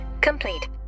complete